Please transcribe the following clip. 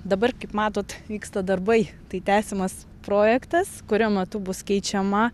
dabar kaip matot vyksta darbai tai tęsiamas projektas kurio metu bus keičiama